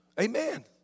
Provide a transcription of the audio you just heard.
Amen